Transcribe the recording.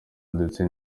ndetse